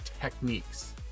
techniques